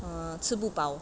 uh 吃不饱